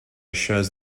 shows